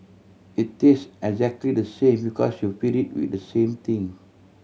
it tastes exactly the same because you feed it with the same thing